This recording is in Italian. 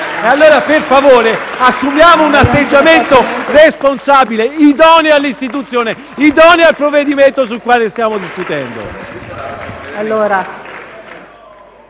FI-BP).* Per favore, assumiamo un atteggiamento responsabile, idoneo all'Istituzione e al provvedimento del quale stiamo discutendo.